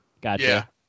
Gotcha